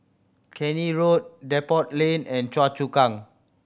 Keene Road Depot Lane and Choa Chu Kang